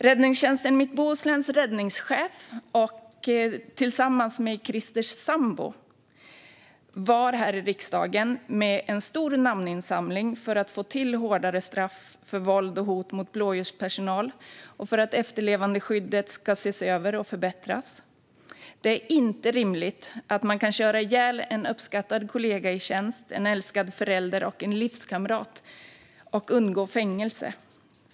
Räddningstjänsten Mitt Bohusläns räddningschef var tillsammans med Kristers sambo här i riksdagen med en stor namninsamling för att få till hårdare straff för våld och hot mot blåljuspersonal och för att efterlevandeskyddet ska ses över och förbättras. Det är inte rimligt att man kan köra ihjäl en uppskattad kollega i tjänst, en älskad förälder och en livskamrat och undgå fängelse.